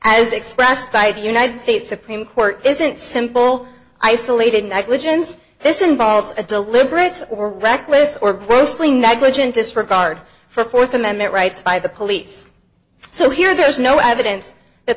as expressed by the united states supreme court isn't simple isolated negligence this involves a deliberate or reckless or grossly negligent disregard for th amendment rights by the police so here there is no evidence that